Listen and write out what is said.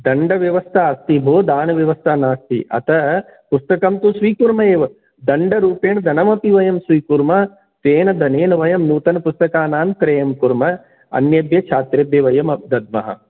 दण्ड व्यवस्था अस्ति भो दानव्यवस्था नास्ति अतः पुस्तकं तु स्वीकुर्मः एव दण्डरूपेण धनमपि वयं स्वीकुर्मः तेन धनेन वयं नूतनपुस्तकानां क्रयं कुर्मः अन्येभ्यः छात्रेभ्यः वयं दद्मः